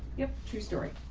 if true story.